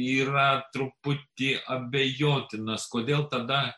yra truputį abejotinas kodėl tada